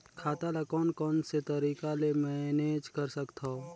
खाता ल कौन कौन से तरीका ले मैनेज कर सकथव?